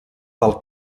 del